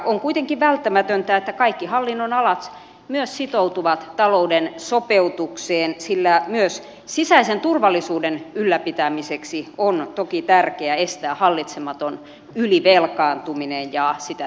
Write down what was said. on kuitenkin välttämätöntä että kaikki hallinnonalat myös sitoutuvat talouden sopeutukseen sillä myös sisäisen turvallisuuden ylläpitämiseksi on toki tärkeä estää hallitsematon ylivelkaantuminen ja sitä